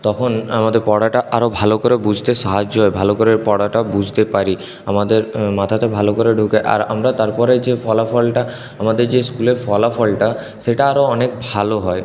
তখন আমাদের পড়াটা আরও ভালো করে বুঝতে সাহায্য হয় ভালো করে পড়াটা বুঝতে পারি আমাদের মাথাতে ভালো করে ঢোকে আর আমরা তারপরে যে ফলাফলটা আমাদের যে স্কুলের ফলাফলটা সেটা আরও অনেক ভালো হয়